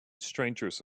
strangers